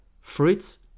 fruits